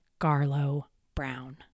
Garlow-Brown